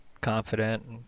confident